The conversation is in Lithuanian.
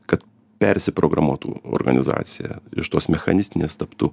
kad persiprogramuotų organizacija iš tos mechanistinės taptų